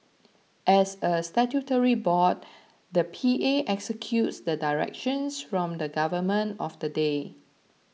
as a statutory board the P A executes the directions from the government of the day